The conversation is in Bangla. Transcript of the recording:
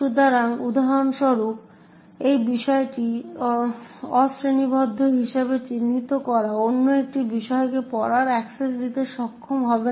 সুতরাং উদাহরণস্বরূপ এই বিষয়টি অশ্রেণীবদ্ধ হিসাবে চিহ্নিত করা অন্য একটি বিষয়কে পড়ার অ্যাক্সেস দিতে সক্ষম হবে না